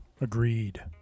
Agreed